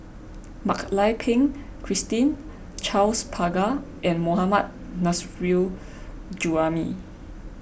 Mak Lai Peng Christine Charles Paglar and Mohammad Nurrasyid Juraimi